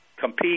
compete